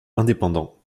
indépendants